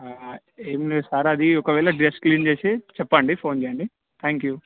ఏమి లేదు సార్ అది ఒకవేళ డస్ట్ క్లీన్ చేసి చెప్పండి ఫోన్ చేయండి థ్యాంక్ యూ